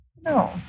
No